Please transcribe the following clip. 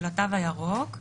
של התו הירוק,